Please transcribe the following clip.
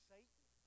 Satan